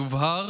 יובהר